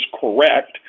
correct